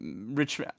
Rich